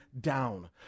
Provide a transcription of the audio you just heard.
down